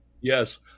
Yes